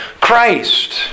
Christ